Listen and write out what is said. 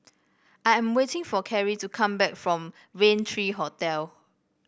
I am waiting for Carri to come back from Rain three Hotel